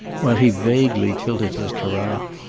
while he vaguely tilted his carafe,